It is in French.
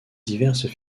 diverses